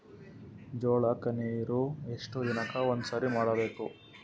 ಜೋಳ ಕ್ಕನೀರು ಎಷ್ಟ್ ದಿನಕ್ಕ ಒಂದ್ಸರಿ ಬಿಡಬೇಕು?